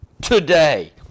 today